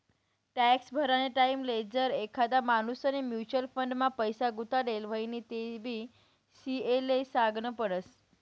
tax भरानी टाईमले जर एखादा माणूसनी म्युच्युअल फंड मा पैसा गुताडेल व्हतीन तेबी सी.ए ले सागनं पडस